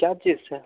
क्या चीज से